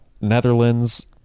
netherlands